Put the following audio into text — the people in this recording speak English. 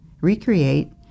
recreate